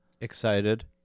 Excited